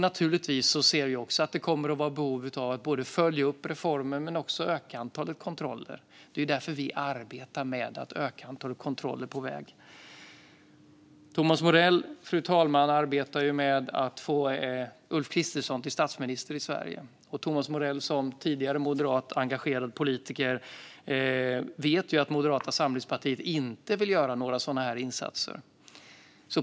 Naturligtvis ser vi också att det kommer att finnas ett behov av att både följa upp reformen och öka antalet kontroller, och det är därför vi arbetar med att öka antalet kontroller på väg. Fru talman! Thomas Morell arbetar för att få Ulf Kristersson som statsminister i Sverige, men Thomas Morell som tidigare moderat engagerad politiker vet ju att Moderata samlingspartiet inte vill göra några sådana här insatser.